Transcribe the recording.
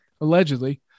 allegedly